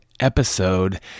episode